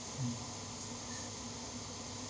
mm